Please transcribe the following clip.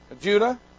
Judah